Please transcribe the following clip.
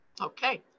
Okay